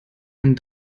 einen